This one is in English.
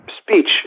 speech